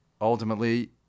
ultimately